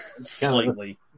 Slightly